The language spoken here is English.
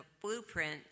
blueprint